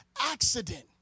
accident